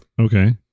Okay